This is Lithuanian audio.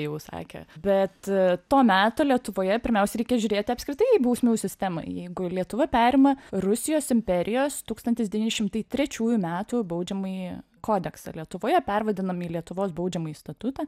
jau sakė bet to meto lietuvoje pirmiausia reikia žiūrėt apskritai į bausmių sistemą jeigu lietuva perima rusijos imperijos tūkstantis devyni šimtai trečiųjų metų baudžiamąjį kodeksą lietuvoje pervadinam į lietuvos baudžiamąjį statutą